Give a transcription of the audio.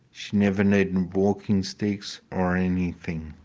she never needed and walking sticks or anything.